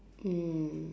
um